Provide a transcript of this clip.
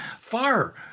Far